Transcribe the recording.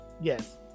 Yes